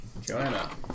Joanna